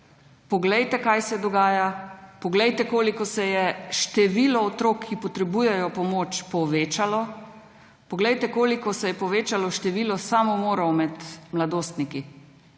poglejte, kaj se dogaja, poglejte, koliko se je število otrok, ki potrebujejo pomoč, povečalo. Poglejte, koliko se je povešalo število samomorov med mladostniki.